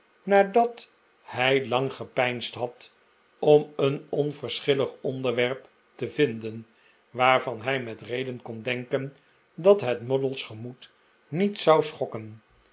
nadat hij lang gepeinsd had om een ohverschillig onderwerp te vinden waarvan hij met reden kon denken dat het moddle's gemoed niet zou schokken